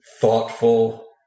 thoughtful